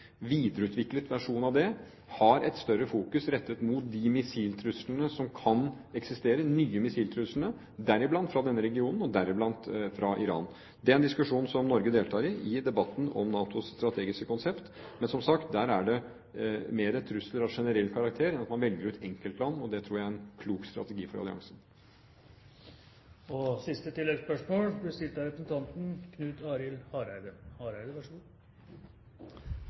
videreutviklet versjon av det, har fokus rettet mer mot de missiltruslene som kan eksistere – de nye missiltruslene – bl.a. fra denne regionen og deriblant fra Iran. Det er en diskusjon som Norge deltar i når det gjelder debatten om NATOs strategiske konsept. Men, som sagt, der er det mere trusler av generell karakter enn at man velger ut enkeltland, og det tror jeg er en klok strategi fra alliansen.